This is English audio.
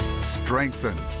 strengthen